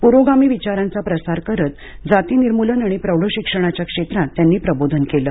पुरोगामी विचारांचा प्रसार करत जातिनिर्मूलन आणि प्रौढ शिक्षणाच्या क्षेत्रात त्यांनी प्रबोधन केलं